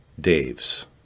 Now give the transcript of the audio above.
Dave's